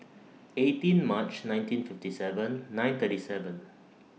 eighteen March nineteen fifty seven nine thirty seven